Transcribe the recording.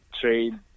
trade